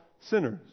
sinners